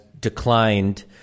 declined